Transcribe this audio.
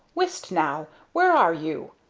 whist now! where are you?